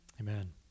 Amen